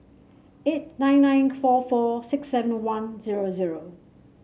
eight nine nine four four six seven one zero zero